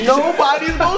nobody's